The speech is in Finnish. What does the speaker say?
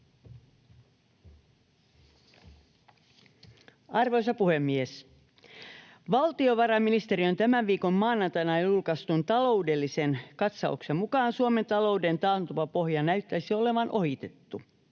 Arvoisa puhemies! Valtiovarainministeriön tämän viikon maanantaina julkaistun taloudellisen katsauksen mukaan Suomen talouden taantuman pohja näyttäisi olevan ohitettu.